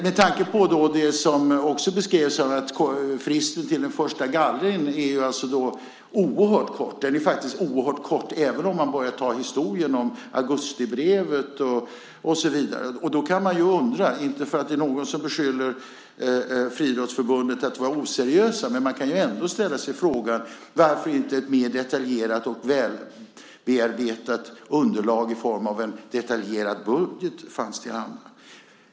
Med tanke på det som också beskrevs, att fristen till en första gallring är oerhört kort - den är oerhört kort även om man börjar ta historien om augustibrevet och så vidare - kan man, inte för att det är någon som beskyller Friidrottsförbundet för att vara oseriöst, ställa sig frågan varför inte ett mer detaljerat och välbearbetat underlag i form av en detaljerad budget fanns till hands.